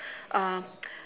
uh